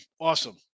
Awesome